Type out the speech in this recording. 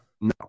no